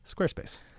Squarespace